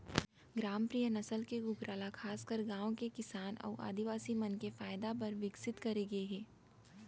ग्रामप्रिया नसल के कूकरा ल खासकर गांव के किसान अउ आदिवासी मन के फायदा बर विकसित करे गए हे